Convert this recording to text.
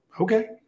okay